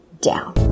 down